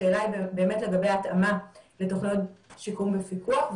השאלה היא לגבי ההתאמה לתוכניות שיקום בפיקוח.